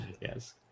Yes